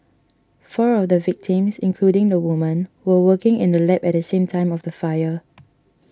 four of the victims including the woman were working in the lab at the time of the fire